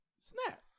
snap